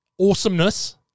Awesomeness